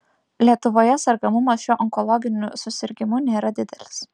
lietuvoje sergamumas šiuo onkologiniu susirgimu nėra didelis